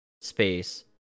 space